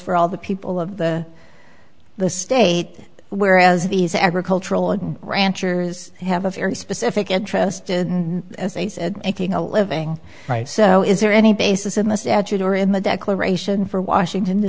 for all the people of the the state whereas these agricultural ranchers have a very specific interest as they said making a living right so is there any basis in the statute or in the declaration for washington t